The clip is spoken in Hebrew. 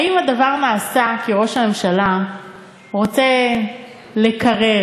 האם הדבר נעשה כי ראש הממשלה רוצה לקרר,